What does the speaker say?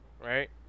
right